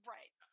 Right